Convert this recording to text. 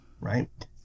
right